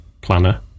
planner